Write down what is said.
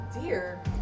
Dear